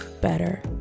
better